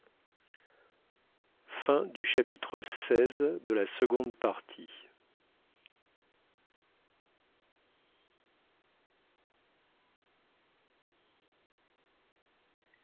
par la partie